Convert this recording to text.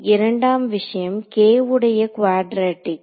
இரண்டாம் விஷயம் k உடைய குவாட்ரேடிக்